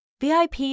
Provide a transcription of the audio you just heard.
VIP